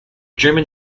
german